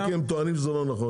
אם כי האוצר טוענים שזה לא נכון.